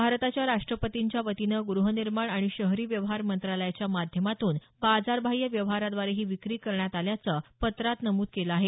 भारताच्या राष्ट्रपतींच्या वतीनं गृहनिर्माण आणि शहरी व्यवहार मंत्रालयाच्या माध्यमातून बाजारबाह्य व्यवहाराद्वारे ही विक्री करण्यात आल्याचं पत्रात नमूद केलं आहे